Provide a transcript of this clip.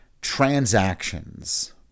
transactions